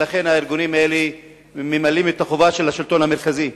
ולכן הארגונים האלה ממלאים את החובה של השלטון המרכזי.